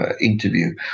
interview